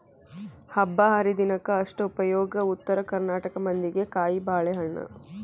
ಹಬ್ಬಾಹರಿದಿನಕ್ಕ ಅಷ್ಟ ಉಪಯೋಗ ಉತ್ತರ ಕರ್ನಾಟಕ ಮಂದಿಗೆ ಕಾಯಿಬಾಳೇಹಣ್ಣ